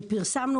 ופרסמנו,